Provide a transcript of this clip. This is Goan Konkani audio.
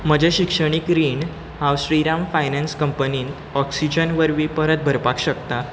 म्हजें शिक्षणीक रीण हांव श्रीराम फायनान्स कंपनी त ऑक्सिजन वरवीं परत भरपाक शकता